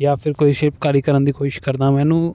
ਜਾਂ ਫਿਰ ਕੁਛ ਸ਼ਿਲਪਕਾਰੀ ਕਰਨ ਦੀ ਕੋਸ਼ਿਸ਼ ਕਰਦਾ ਮੈਨੂੰ